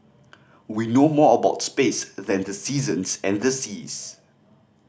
we know more about space than the seasons and the seas